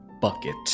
bucket